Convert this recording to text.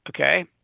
Okay